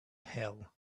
hell